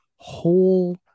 whole